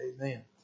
Amen